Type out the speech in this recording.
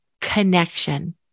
connection